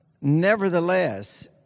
nevertheless